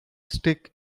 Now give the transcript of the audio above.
stick